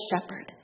shepherd